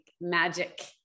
magic